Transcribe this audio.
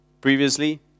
previously